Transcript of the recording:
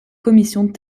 commissions